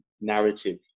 narrative